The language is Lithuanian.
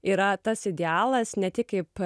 yra tas idealas ne tik kaip